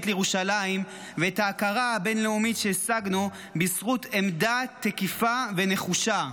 לירושלים ואת ההכרה הבין-לאומית שהשגנו בזכות עמדה תקיפה ונחושה.